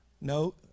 No